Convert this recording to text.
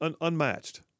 Unmatched